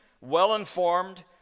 well-informed